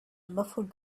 muffled